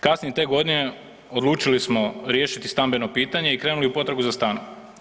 Kasnije te godine odlučili smo riješiti stambeno pitanje i krenuli u potragu za stanom.